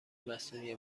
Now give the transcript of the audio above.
مصنوعی